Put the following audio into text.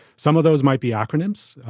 some of those might be acronyms,